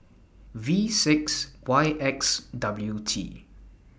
V six Y X W T